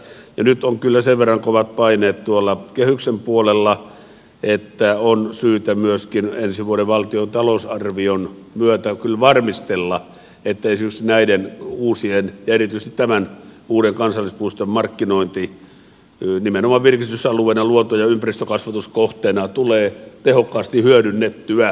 ja nyt on kyllä sen verran kovat paineet tuolla kehyksen puolella että on syytä myöskin ensi vuoden valtion talousarvion myötä varmistella että esimerkiksi näiden uu sien ja erityisesti tämän uuden kansallispuiston markkinointi nimenomaan virkistysalueena luonto ja ympäristökasvatuskohteena tulee tehokkaasti hyödynnettyä